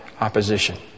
opposition